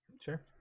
Sure